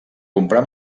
comprar